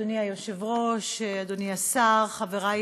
אדוני היושב-ראש, אדוני השר, חברי